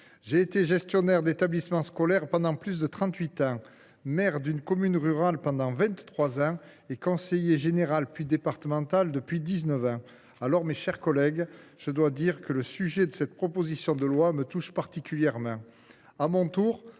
j’ai été gestionnaire d’établissements scolaires pendant plus de trente huit ans et maire d’une commune rurale pendant vingt trois ans ; je suis conseiller général, puis départemental, depuis dix neuf ans. Alors, mes chers collègues, je dois dire que le sujet de cette proposition de loi me touche particulièrement